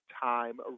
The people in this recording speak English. time